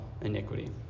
iniquity